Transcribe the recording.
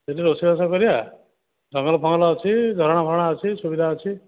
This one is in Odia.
ସେଇଠି ରୋଷେଇ ବାସ କରିବା ଜଙ୍ଗଲ ଫଙ୍ଗଲ ଅଛି ଝରଣା ଫରଣା ଅଛି ସୁବିଧା ଅଛି